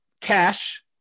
Cash